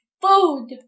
Food